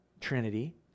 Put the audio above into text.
trinity